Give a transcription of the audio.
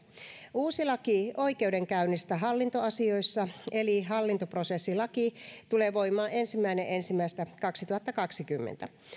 uusi laki oikeudenkäynnistä hallintoasioissa eli hallintoprosessilaki tulee voimaan ensimmäinen ensimmäistä kaksituhattakaksikymmentä